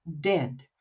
dead